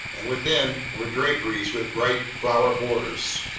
and within were draperies with bright flower borders.